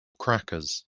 crackers